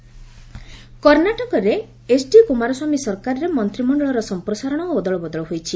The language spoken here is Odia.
କର୍ଣ୍ଣାଟକ ଏକ୍କପାନ୍ସନ୍ କର୍ଷ୍ଣାଟକରେ ଏଚ୍ଡି କୁମାର ସ୍ୱାମୀ ସରକାରରେ ମନ୍ତ୍ରିମଣ୍ଡଳର ସମ୍ପ୍ରସାରଣ ଓ ଅଦଳବଦଳ ହୋଇଛି